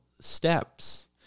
steps